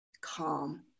calm